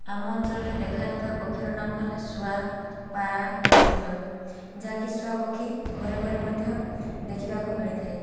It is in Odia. ଆମ ଅଞ୍ଚଳରେ ଦେଖାଯାଇଥିବା ପକ୍ଷୀର ନାମ ହେଲା ଶୁଆ ପାରା ସିଲୋ ଯାହାକି ଶୁଆପକ୍ଷୀ ଘରେ ଘରେ ମଧ୍ୟ ଦେଖିବାକୁ ମିଳିଥାଏ